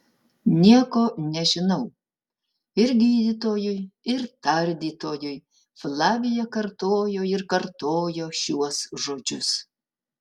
nieko nežinau ir gydytojui ir tardytojui flavija kartojo ir kartojo šiuos žodžius